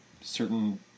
certain